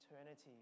eternity